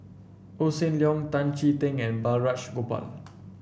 Hossan Leong Tan Chee Teck and Balraj Gopal